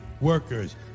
workers